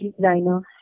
designer